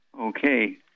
Okay